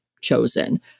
chosen